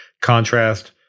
contrast